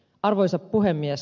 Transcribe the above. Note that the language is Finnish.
arvoisa puhemies